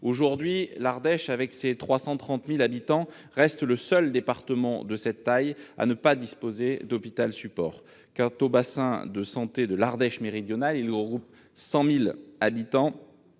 habitants, l'Ardèche reste aujourd'hui le seul département de cette taille à ne pas disposer d'hôpital support. Quant au bassin de santé de l'Ardèche méridionale, il regroupe 100 000 habitants